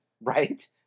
right